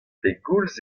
pegoulz